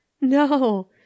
No